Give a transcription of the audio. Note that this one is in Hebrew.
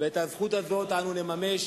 ואת הזכות הזו נממש